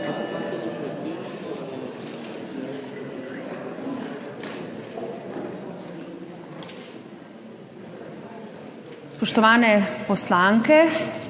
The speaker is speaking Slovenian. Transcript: Spoštovane poslanke,